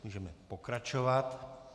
Můžeme pokračovat.